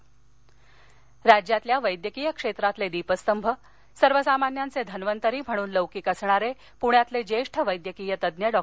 निधन राज्यातल्या वैद्यकीय क्षेत्रातील दीपस्तंभ सर्वसामान्यांचे धन्वंतरी म्हणून लौकिक असणारे पूण्यातील ज्येष्ठ वैद्यकीय तज्ज्ञ डॉ